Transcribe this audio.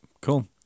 Cool